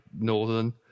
northern